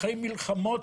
אחרי מלחמות,